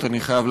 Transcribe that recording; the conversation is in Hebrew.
אני חשבתי